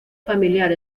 familiar